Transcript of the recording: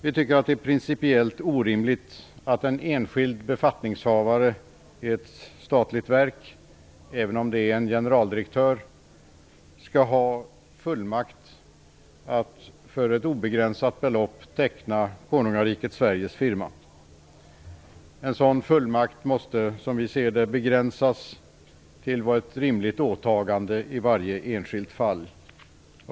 Vi tycker att det är principiellt orimligt att en enskild befattningshavare i ett statligt verk, även om det är en generaldirektör, får fullmakt att för ett obegränsat belopp teckna Konungariket Sveriges firma. En sådan fullmakt måste, som vi ser det, begränsas till vad som är ett rimligt åtagande i varje enskilt fall.